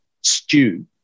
stew